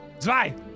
Zwei